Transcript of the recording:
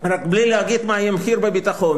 רק בלי להגיד מה יהיה המחיר בביטחון,